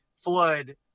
flood